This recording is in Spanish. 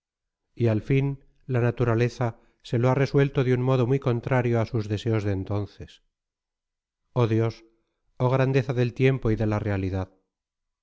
y al fin la naturaleza se lo ha resuelto de un modo muy contrario a sus deseos de entonces oh dios oh grandeza del tiempo y de la realidad